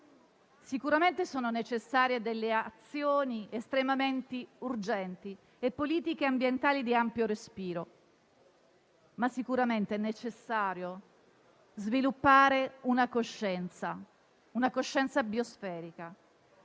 Sicuramente sono necessarie delle azioni estremamente urgenti e politiche ambientali di ampio respiro, ma è altrettanto necessario sviluppare una coscienza biosferica.